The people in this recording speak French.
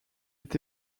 est